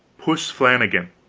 puss flanagan.